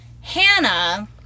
Hannah